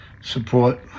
support